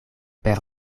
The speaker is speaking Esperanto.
per